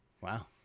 Wow